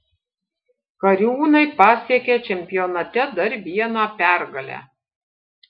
kariūnai pasiekė čempionate dar vieną pergalę